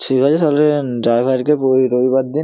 ঠিক আছে তাহলে যাব আজকে বলে দিই রবিবার দিন